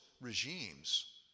regimes